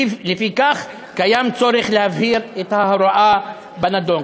לפיכך, יש צורך להבהיר את ההוראה בנדון.